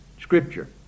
scripture